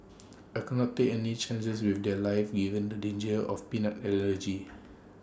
I could not take any chances with their lives given the danger of peanut allergy